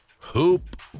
Hoop